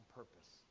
purpose